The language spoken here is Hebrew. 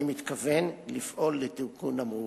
אני מתכוון לפעול לתיקון המעוות.